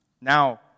Now